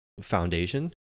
foundation